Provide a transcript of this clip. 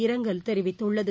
இரங்கல் தெரிவித்துள்ளது